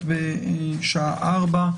האחרון,